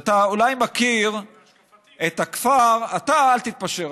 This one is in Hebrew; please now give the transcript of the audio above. אתה, אל תתפשר.